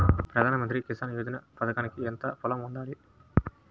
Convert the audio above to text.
ప్రధాన మంత్రి కిసాన్ యోజన పథకానికి ఎంత పొలం ఉండాలి?